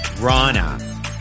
Rana